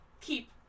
keep